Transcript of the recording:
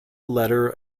letter